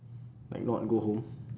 like not go home